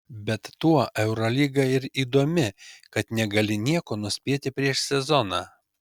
bet tuo eurolyga ir įdomi kad negali nieko nuspėti prieš sezoną